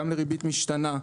גם לריבית משתנה,